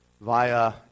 via